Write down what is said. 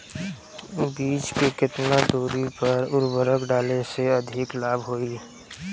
बीज के केतना दूरी पर उर्वरक डाले से अधिक लाभ होई?